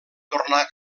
tornar